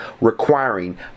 requiring